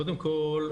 קודם כל,